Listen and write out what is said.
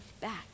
back